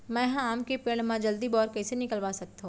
मैं ह आम के पेड़ मा जलदी बौर कइसे निकलवा सकथो?